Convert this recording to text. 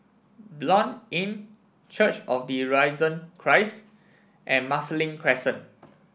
Blanc Inn Church of the Risen Christ and Marsiling Crescent